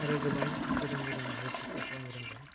आरो गोबां गोदान गोदान रेसिपि फोरखौ आं रोंबाय